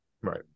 Right